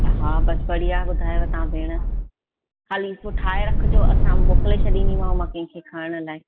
हा बसि बढिया बुधायो तव्हां भेण हाली एतिरो ठाहे रखिजो असां मोकिले छॾींदीमांव कंहिंखे खणण लाइ